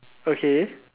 okay